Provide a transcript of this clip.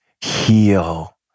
heal